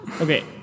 Okay